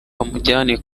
bamujyane